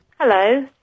Hello